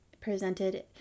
presented